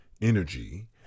energy